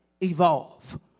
evolve